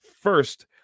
first